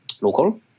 local